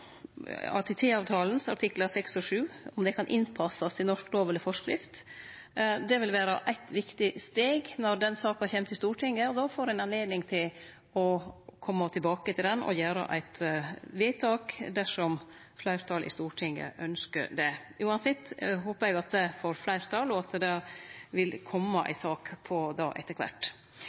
og 7, om dei kan verte fasa inn i norsk lov eller forskrift. Det vil vere eit viktig steg når den saka kjem til Stortinget, og då får ein anledning til å kome tilbake til den og gjere eit vedtak dersom fleirtalet i Stortinget ynskjer det. Uansett håper eg at det får fleirtal. og at det vil kome ei sak på det etter kvart.